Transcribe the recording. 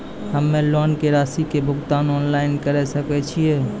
हम्मे लोन के रासि के भुगतान ऑनलाइन करे सकय छियै?